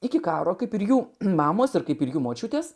iki karo kaip ir jų mamos ir kaip ir jų močiutės